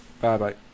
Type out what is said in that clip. Bye-bye